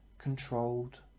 controlled